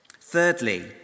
Thirdly